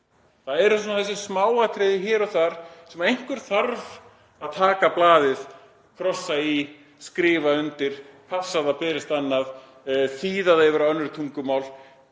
Það eru svona smáatriði hér og þar, þar sem einhver þarf að taka blaðið, krossa í, skrifa undir, passa að það berist annað, þýða það yfir á önnur tungumál.